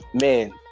man